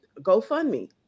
GoFundMe